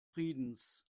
friedens